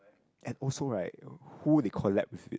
and also right who they collab with it